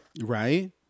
right